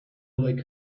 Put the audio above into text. they